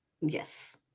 Yes